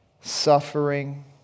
Suffering